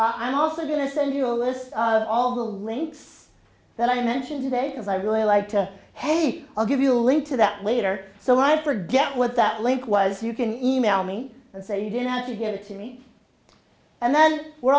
i'm also going to send you a list of all the links that i mentioned today because i really like to hate i'll give you a link to that later so i forget what that link was you can e mail me and say you didn't have to give it to me and then we're